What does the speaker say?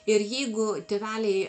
ir jeigu tėveliai